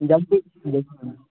जबकि देखिऔ